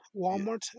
Walmart